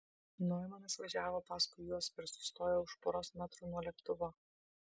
noimanas važiavo paskui juos ir sustojo už poros metrų nuo lėktuvo